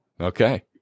Okay